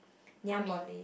army